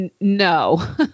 No